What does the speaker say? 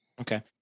Okay